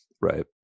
Right